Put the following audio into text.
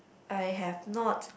I have not